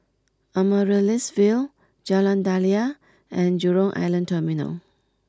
Amaryllis Ville Jalan Daliah and Jurong Island Terminal